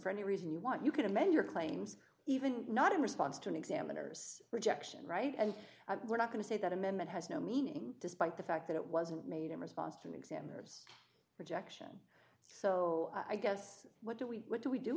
for any reason you want you can amend your claims even not in response to examiners rejection right and we're not going to say that amendment has no meaning despite the fact that it wasn't made in response to the examiners rejection so i guess what do we what do we do